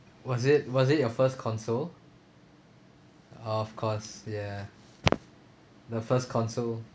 was it was it your first console of course ya the first console